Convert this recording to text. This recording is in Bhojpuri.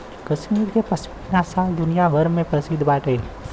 कश्मीर के पश्मीना शाल दुनिया भर में प्रसिद्ध बाटे